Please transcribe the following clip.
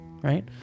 Right